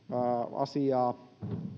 asiaa